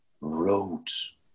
roads